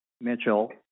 Mitchell